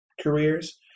careers